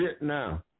now